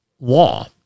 Law